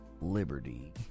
Liberty